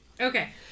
Okay